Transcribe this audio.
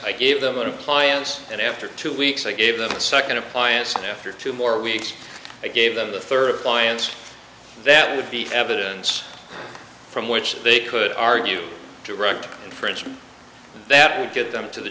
i gave them an appliance and after two weeks i gave them a second appliance and after two more weeks i gave them the third point that would be evidence from which they could argue direct impression that would get them to the